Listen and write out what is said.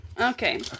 Okay